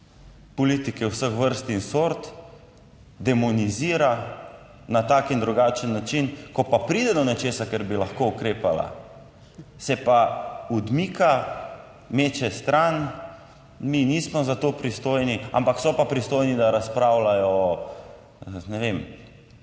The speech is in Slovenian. politike vseh vrst in sort, demonizira na tak in drugačen način, ko pa pride do nečesa, kar bi lahko ukrepala, se pa odmika, meče stran, mi nismo za to pristojni, ampak so pa pristojni, da razpravljajo o, ne vem,